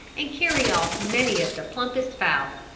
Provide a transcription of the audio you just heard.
and carry off many of the plumpest fowl.